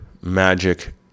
Magic